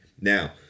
Now